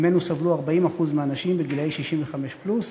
וממנו סבלו 40% מהאנשים בגילאי 65 פלוס,